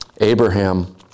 Abraham